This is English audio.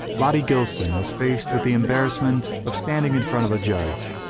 lottie gilson was faced with the embarrassment of standing in front of a judge,